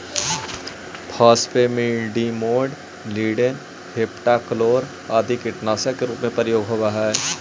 phosphamidon, lindane, heptachlor आदि के कीटनाशक के रूप में प्रयोग होवऽ हई